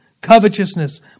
covetousness